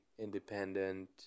Independent